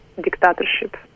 dictatorship